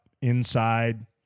inside